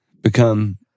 become